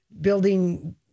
building